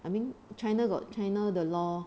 I mean china got china the law